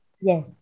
Yes